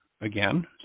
again